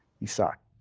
you suck.